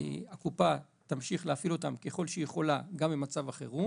הקופה תמשיך להפעיל ככל שהיא יכולה גם במצב החירום.